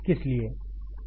किस लिए